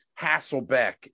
Hasselbeck